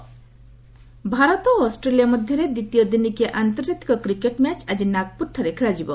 cricket Bharat ଓ Australia ମଧ୍ୟରେ ଦ୍ୱିତୀୟ ଦିନିକିଆ ଆନ୍ତର୍ଜାତିକ କ୍ରିକେଟ୍ ମ୍ୟାଚ୍ ଆକ୍ଟି ନାଗପୁରଠାରେ ଖେଳାଯିବ